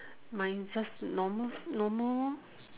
mine just normal normal lor